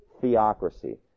theocracy